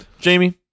Jamie